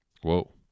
whoa